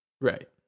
Right